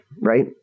Right